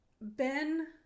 Ben